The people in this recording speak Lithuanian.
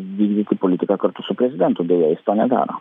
vykdyti politiką kartu su prezidentu deja jis to nedaro